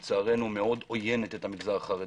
שלצערנו מאוד עוינת את המגזר החרדי,